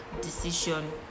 decision